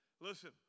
Listen